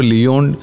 Leon